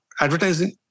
Advertising